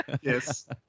Yes